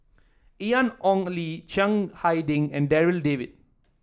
Ian Ong Li Chiang Hai Ding and Darryl David